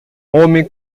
homem